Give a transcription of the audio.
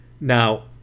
Now